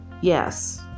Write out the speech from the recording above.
Yes